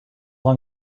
long